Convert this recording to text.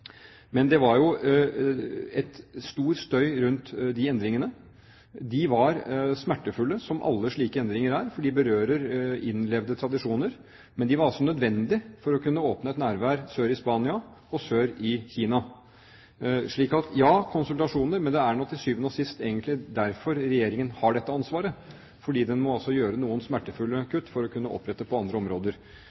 Men det var jo stor støy rundt de endringene. De var smertefulle, som alle slike endringer er, for de berører innlevde tradisjoner, men de var altså nødvendige for å kunne åpne et nærvær sør i Spania og sør i Kina. Slik at ja, konsultasjoner, men det er nok til syvende og sist egentlig derfor Regjeringen har dette ansvaret, fordi den må gjøre noen smertefulle kutt for å kunne opprette på andre områder.